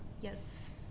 Yes